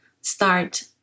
start